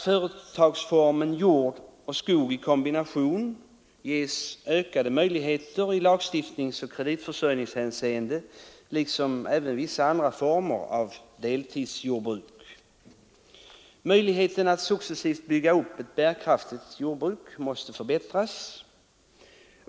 Företagsformen jord och skog i kombination, liksom vissa andra former av deltidsjordbruk, måste ges ökade möjligheter i lagstiftningsoch kreditförsörjningshänseende. Vidare måste möjligheten att successivt bygga upp ett bärkraftigt jordbruk förbättras.